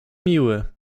miły